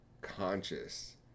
conscious